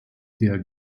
der